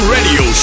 Radio